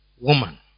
woman